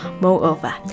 Moreover